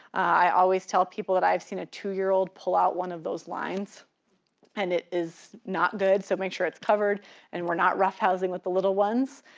i always tell people that i've seen a two year old pull out one of those lines and it is not good so make sure it's covered and we're not rough housing with the little ones.